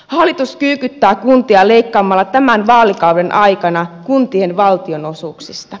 hallitus kyykyttää kuntia leikkaamalla tämän vaalikauden aikana kuntien valtionosuuksista